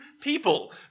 people